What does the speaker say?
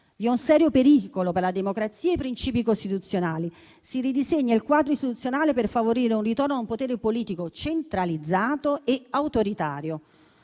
è un serio pericolo per la democrazia e i princìpi costituzionali. Si ridisegna il quadro istituzionale per favorire un ritorno a un potere politico centralizzato e autoritario.